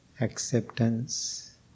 acceptance